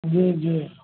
जी जी